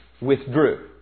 withdrew